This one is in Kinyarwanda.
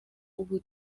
ubu